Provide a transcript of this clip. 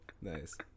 Nice